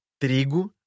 Trigo